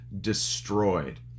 destroyed